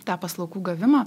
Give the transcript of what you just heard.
tą paslaugų gavimą